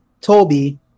Toby